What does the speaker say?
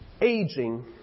aging